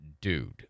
Dude